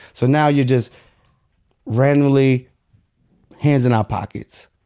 so now you're just randomly hands in our pockets,